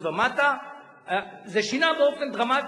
נכון.